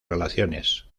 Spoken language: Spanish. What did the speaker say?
relaciones